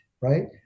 right